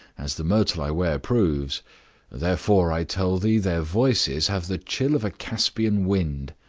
as the myrtle i wear proves therefore i tell thee their voices have the chill of a caspian wind.